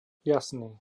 jasný